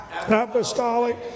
apostolic